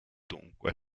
dunque